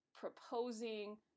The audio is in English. proposing